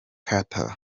carter